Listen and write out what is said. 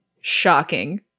Shocking